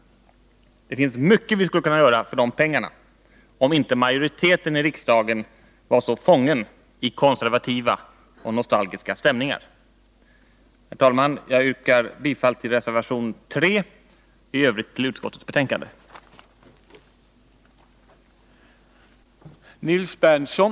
Det finns mycket som vi skulle kunna göra för de pengarna, om inte majoriteten i riksdagen var så fången i konservativa och nostalgiska stämningar. Jag yrkar bifall till reservation 3 och i övrigt till utskottets hemställan.